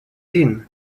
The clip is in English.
din